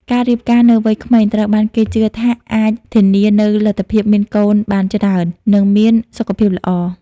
ការរៀបការនៅវ័យក្មេងត្រូវបានគេជឿថាអាចធានានូវលទ្ធភាពមានកូនបានច្រើន និងមានសុខភាពល្អ ។